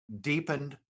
deepened